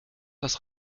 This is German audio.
das